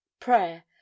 prayer